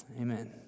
Amen